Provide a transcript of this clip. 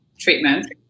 treatment